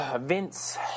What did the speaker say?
Vince